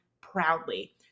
proudly